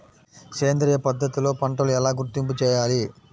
సేంద్రియ పద్ధతిలో పంటలు ఎలా గుర్తింపు చేయాలి?